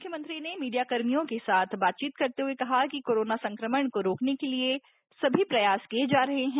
मुख्यमंत्री ने कल मीडियाकर्मियों के साथ बातचीत करते हुए कहा कि कोरोना संक्रमण को रोकने के लिए सभी प्रयास किए जा रहे हैं